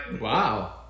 Wow